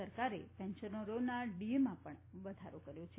સરકારે પેન્શનરોની ડીએમાં પણ વધારો કર્યો છે